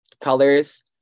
colors